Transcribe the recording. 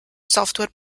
software